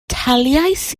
talais